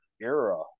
era